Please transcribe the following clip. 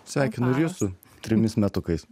sveikinu ir jus su trimis metukais